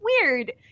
weird